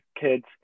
kids